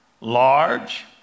large